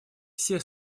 все